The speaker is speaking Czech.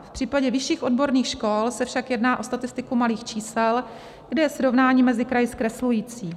V případě vyšších odborných škol se však jedná o statistiku malých čísel, kde je srovnání mezi kraji zkreslující.